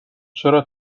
چرا